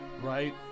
right